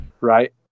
right